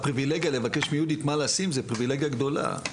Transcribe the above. ולבקש מיהודית מה לשים זו פריבילגיה גדולה,